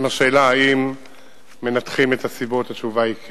אם השאלה היא אם מנתחים את הסיבות, התשובה היא כן.